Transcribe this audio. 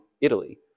Italy